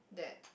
that